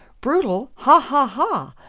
brutal! ha! ha! ha!